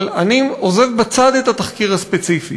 אבל אני עוזב בצד את התחקיר הספציפי